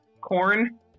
corn